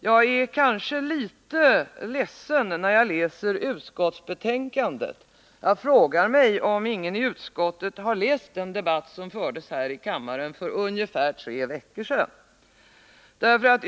Kanske är jag litet ledsen över utskottsbetänkandet. Jag frågar mig om ingen har läst den debatt som fördes här i kammaren för ungefär tre veckor sedan.